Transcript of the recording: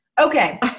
Okay